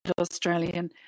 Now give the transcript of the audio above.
Australian